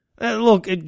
look